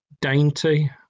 dainty